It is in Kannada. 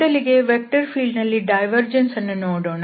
ಮೊದಲಿಗೆ ವೆಕ್ಟರ್ ಫೀಲ್ಡ್ ನಲ್ಲಿ ಡೈವರ್ಜೆನ್ಸ್ ಅನ್ನು ನೋಡೋಣ